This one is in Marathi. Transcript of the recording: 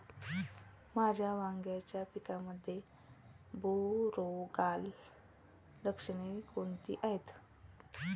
माझ्या वांग्याच्या पिकामध्ये बुरोगाल लक्षणे कोणती आहेत?